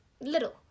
little